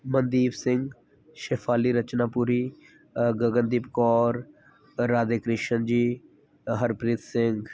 Mandeep Singh Shefali Rachna Puri Gagandeep Kaur Radhe Krishan ji Harpreet Singh